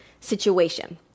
situation